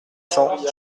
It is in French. cents